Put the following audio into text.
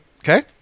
Okay